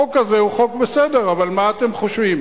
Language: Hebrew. החוק הזה הוא חוק בסדר, אבל מה אתם חושבים,